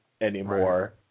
anymore